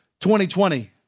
2020